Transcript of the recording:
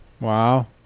Wow